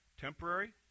temporary